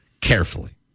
carefully